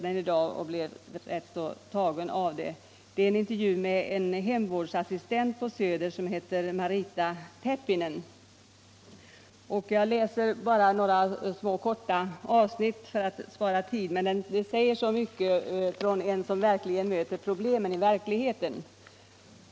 Den har gjorts med en hemvårdsassistent på Söder som heter Marita Täppinen. För att spara tid skall jag bara läsa upp några korta avsnitt, men de säger ändå mycket om de erfarenheter som gjorts av en person som möter problemen i verkligheten.